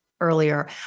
earlier